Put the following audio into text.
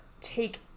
take